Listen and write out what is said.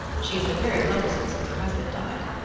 she has been very lonesome since her husband died.